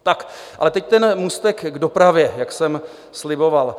Tak, ale teď ten můstek k dopravě, jak jsem sliboval.